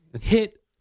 hit